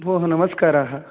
भोः नमस्कारः